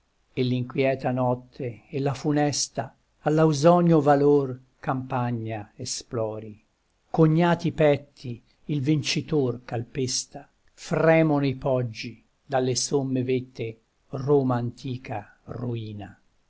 e l'inquieta notte e la funesta all'ausonio valor campagna esplori cognati petti il vincitor calpesta fremono i poggi dalle somme vette roma antica ruina